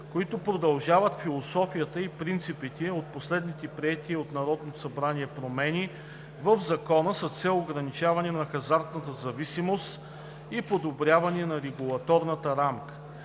които продължават философията и принципите от последните приети от Народното събрание промени в Закона, с цел ограничаване на хазартната зависимост и подобряване на регулаторната рамка.